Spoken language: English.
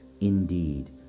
Indeed